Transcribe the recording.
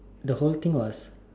the whole thing was